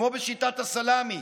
כמו בשיטת הסלאמי: